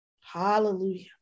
hallelujah